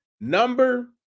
Number